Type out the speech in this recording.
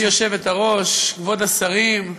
גברתי היושבת-ראש, כבוד השרים,